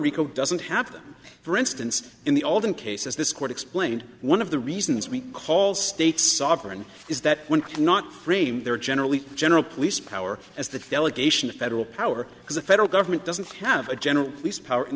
rico doesn't happen for instance in the olden cases this court explained one of the reasons we call states sovereign is that one cannot frame their generally general police power as the delegation of federal power because the federal government doesn't have a general police power in